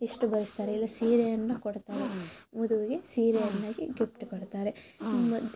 ಇಷ್ಟು ಬರೆಸ್ತಾರೆ ಇಲ್ಲ ಸೀರೆಯನ್ನು ಕೊಡ್ತಾರೆ ವಧುವಿಗೆ ಸೀರೆಯನ್ನಾಗಿ ಗಿಪ್ಟ್ ಕೊಡ್ತಾರೆ ಇನ್ನು